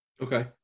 Okay